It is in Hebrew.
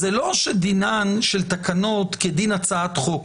זה לא שדינן של תקנות כדין הצעת חוק.